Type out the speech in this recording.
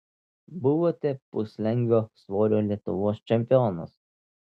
buvote puslengvio svorio lietuvos čempionas